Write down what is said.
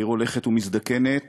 העיר הולכת ומזדקנת,